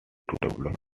develop